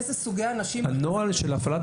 איזה סוגי אנשים --- הנוהל של הפעלת